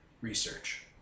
research